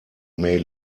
may